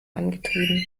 angetrieben